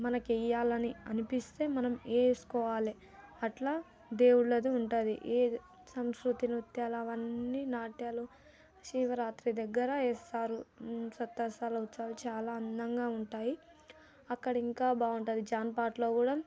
మనకి వెయ్యాలని అని అనిపిస్తే మనం వేసుకోవాలి అట్లా దేవుళ్ళది ఉంటుంది ఏ సంస్కృతి నృత్యాలు అవన్నీ నాట్యాలు శివ రాత్రి దగ్గర వేస్తారు సప్తశాలలో చాలా అందంగా ఉంటాయి అక్కడ ఇంకా బాగుంటుంది జాంపాటలో కూడా